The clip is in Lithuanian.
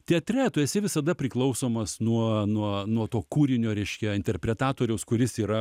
teatre tu esi visada priklausomas nuo nuo nuo to kūrinio reiškia interpretatoriaus kuris yra